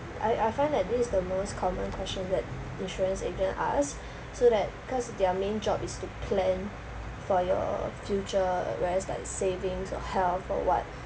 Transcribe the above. I I find that this is the most common questions that insurance agent ask so that cause their main job is to plan for your future like savings or health or what